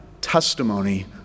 testimony